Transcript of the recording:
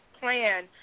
plan